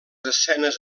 escenes